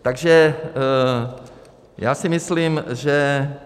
Takže já si myslím, že...